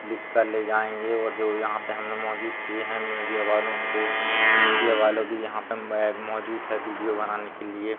लिखकर ले जाएँगे और जो यहाँ पर हैं ना मौजूदगी जो है मीडिया वालों की तो मीडिया वाले भी यहाँ पर मौजूद हैं वीडियो बनाने के लिए